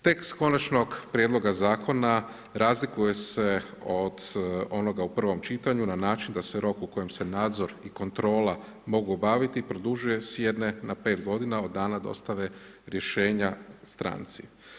Tekst Konačnog prijedloga Zakona razlikuje se od onoga u prvom čitanju na način da se rok u kojem se nadzor i kontrola mogu obaviti produžuje s jedne na 5 godina od dana dostave rješenja stranci.